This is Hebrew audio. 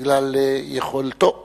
בגלל יכולתו האינטלקטואלית.